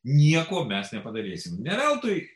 nieko mes nepadarysime ne veltui